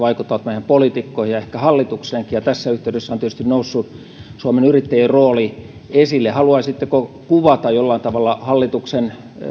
vaikuttavat meihin poliitikkoihin ja ehkä hallitukseenkin tässä yhteydessä on tietysti noussut suomen yrittäjien rooli esille haluaisitteko kuvata jollain tavalla hallituksen